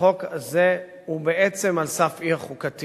החוק הזה הוא בעצם על סף האי-חוקתיות.